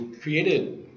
created